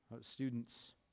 Students